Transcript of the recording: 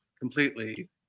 completely